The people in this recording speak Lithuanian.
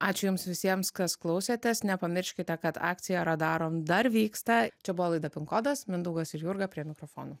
ačiū jums visiems kas klausėtės nepamirškite kad akcija radarom dar vyksta čia buvo laida pin kodas mindaugas ir jurga prie mikrofono